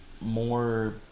more